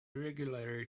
regularly